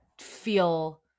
feel